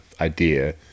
idea